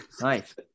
Nice